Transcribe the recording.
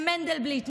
הם מנדלבליט,